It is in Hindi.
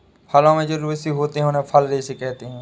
फलों में जो रेशे होते हैं उन्हें फल रेशे कहते है